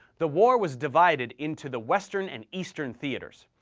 the war was divided into the western and eastern theaters.